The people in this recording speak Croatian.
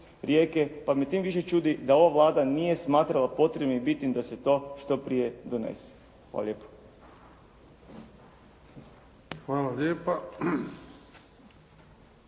pa me time više čudi da ova Vlada nije smatrala potrebnim i bitnim da se to što prije donese. Hvala lijepo.